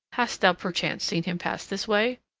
hast thou perchance seen him pass this way?